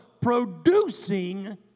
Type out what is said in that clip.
producing